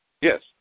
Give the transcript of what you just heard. Yes